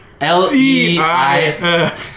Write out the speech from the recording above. L-E-I